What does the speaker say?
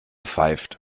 pfeift